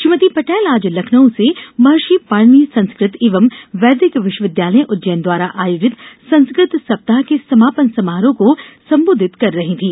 श्रीमती पटेल आज लखनऊ से महर्षि पाणिनि में संस्कृत एवं वैदिक विश्वविद्यालय उज्जैन द्वारा आयोजित संस्कृत सप्ताह के समापन कार्यक्रम को संबोधित कर रही थी